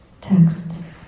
texts